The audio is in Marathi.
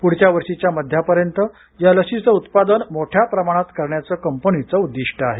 पुढच्या वर्षीच्या मध्यापर्यंत या लशीचं उत्पादन मोठ्या प्रमाणात करण्याच उद्दिष्ट कंपनीचं उद्दिष्ट आहे